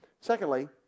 Secondly